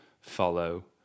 follow